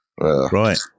Right